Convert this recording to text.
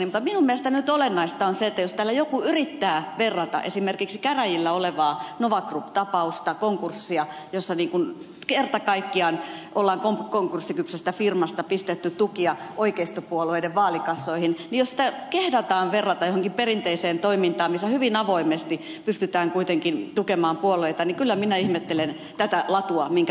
mutta minun mielestäni nyt olennaista on se että jos täällä joku yrittää verrata esimerkiksi käräjillä olevaa nova group tapausta konkurssia jossa kerta kaikkiaan on konkurssikypsästä firmasta pistetty tukia oikeistopuolueiden vaalikassoihin jos sitä kehdataan verrata johonkin perinteiseen toimintaan missä hyvin avoimesti pystytään kuitenkin tukemaan puolueita niin kyllä minä ihmettelen tätä latua minkä te ed